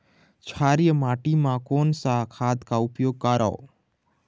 क्षारीय माटी मा कोन सा खाद का उपयोग करों?